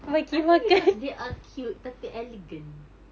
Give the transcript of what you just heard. I think because they are cute tapi elegant